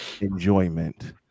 enjoyment